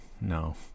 no